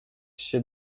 się